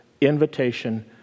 invitation